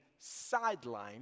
sidelined